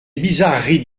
bizarreries